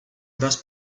das